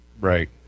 Right